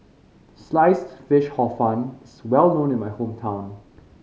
Sliced Fish Hor Fun is well known in my hometown